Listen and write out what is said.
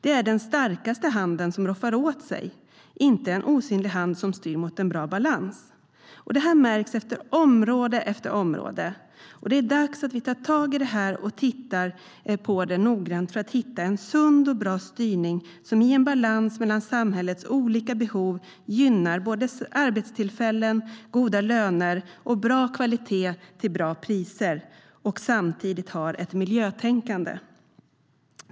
Det är den starkaste handen som roffar åt sig, inte en osynlig hand som styr mot en bra balans. Detta märks inom område efter område, och det är dags att vi tar tag i detta och hittar en sund och bra styrning som i en balans mellan samhällets olika behov gynnar såväl arbetstillfällen och goda löner som bra kvalitet till bra priser och samtidigt leder till ett miljötänkande.